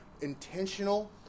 intentional